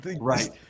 Right